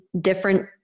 different